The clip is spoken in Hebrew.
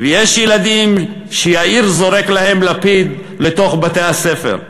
ויש ילדים שיאיר זורק להם לפיד לתוך בתי-הספר,